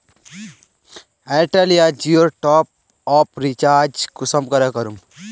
Airtel या जियोर top आप रिचार्ज कुंसम करे करूम?